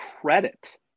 credit